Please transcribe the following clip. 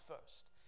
first